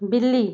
बिल्ली